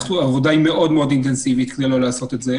העבודה היא מאוד מאוד אינטנסיבית כדי לא לעשות את זה,